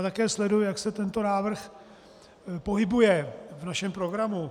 A já také sleduji, jak se tento návrh pohybuje v našem programu.